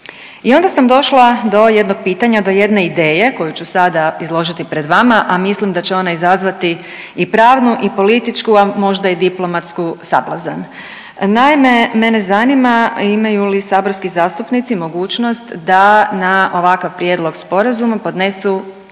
I onda sam došla do jednog pitanja, do jedne ideje koju ću sada izložiti pred vama a mislim da će ona izazvati i pravnu i političku a možda i diplomatsku sablazan. Naime, mene zanima imaju li saborski zastupnici mogućnost da na ovakav prijedlog sporazuma podnesu